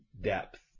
depth